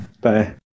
Bye